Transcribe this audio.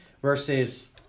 versus